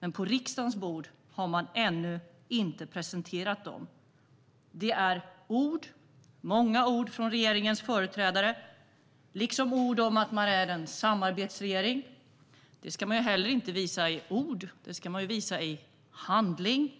Men på riksdagens bord har man ännu inte presenterat dem. Det är ord, många ord från regeringens företrädare, liksom ord om att man är en samarbetsregering. Det ska man inte visa i ord utan i handling.